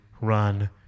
run